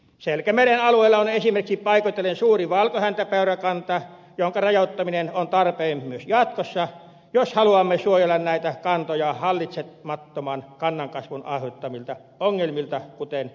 selkämeren alueella on esimerkiksi paikoitellen suuri valkohäntäpeurakanta jonka rajoittaminen on tarpeen myös jatkossa jos haluamme suojella näitä kantoja hallitsemattoman kannan kasvun aiheuttamilta ongelmilta kuten nälkäkuolemilta